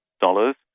dollars